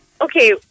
Okay